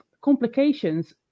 complications